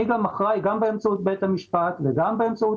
אני גם אחראי גם באמצעות בית המשפט וגם באמצעות